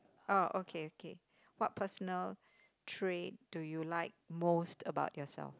orh okay okay what personal trait do you like most about yourself